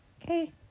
Okay